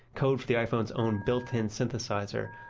code for the iphone's own built-in synthesizer,